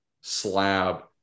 slab